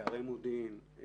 פערי מודיעין,